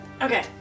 Okay